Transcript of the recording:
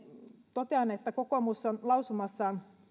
totean että kokoomus on lausumassaan